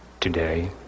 today